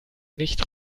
nicht